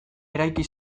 eraiki